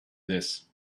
this